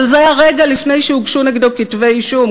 אבל זה היה רגע לפני שהוגשו נגדו כתבי אישום.